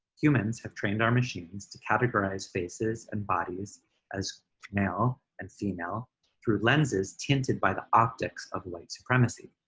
humans have trained our machines to categorize faces and bodies as male and female through lenses tinted by the optics of white supremacy.